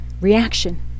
reaction